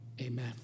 Amen